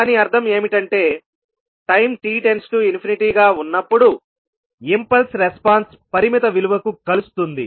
దాని అర్థం ఏమిటంటే టైం t→∞ గా ఉన్నప్పుడు ఇంపల్స్ రెస్పాన్స్ పరిమిత విలువకు కలుస్తుంది